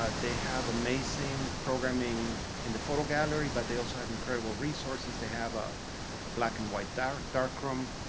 ah they have amazing programming in the photo gallery, but they also have incredible resources. they have ah a black and white darkroom.